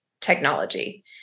technology